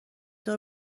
دور